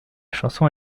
chanson